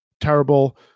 terrible